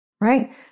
right